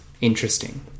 interesting